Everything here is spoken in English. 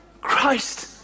Christ